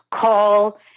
call